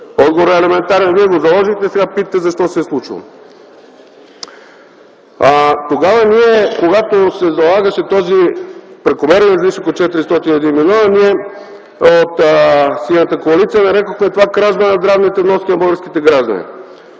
Отговорът е елементарен. Вие го заложихте, а сега питате защо се е случило. Когато се залагаше този прекомерен излишък от 401 млн. лв., ние от Синята коалиция нарекохме това кражба на здравните вноски на българските граждани.